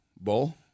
Bull